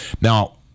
now